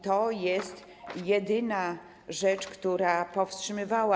To jest jedyna rzecz, która nas powstrzymywała.